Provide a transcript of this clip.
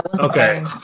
Okay